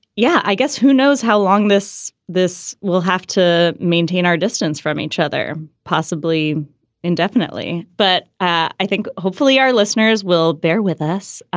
yeah, i guess who knows how long this this will have to maintain our distance from each other, possibly indefinitely. but i think hopefully our listeners will bear with us.